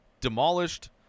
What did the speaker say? demolished